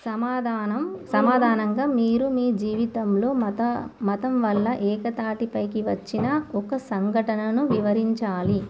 సమాధానం సమాధానంగా మీరు మీ జీవితంలో మత మతం వల్ల ఏకతాటి పైకి వచ్చిన ఒక సంఘటనను వివరించాలి